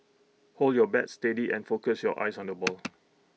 hold your bat steady and focus your eyes on the ball